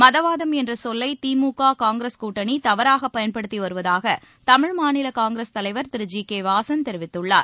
மதவாதம் என்ற சொல்லை திமுக காங்கிரஸ் கூட்டணி தவறாகப் பயன்படுத்தி வருவதாக தமிழ் மாநில காங்கிரஸ் தலைர் திரு ஜி கே வாசன் கூறியிருக்கிறார்